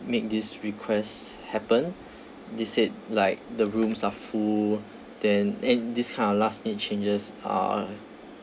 make this request happen they said like the rooms are full then and this is kind of last minute changes uh